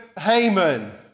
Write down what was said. Haman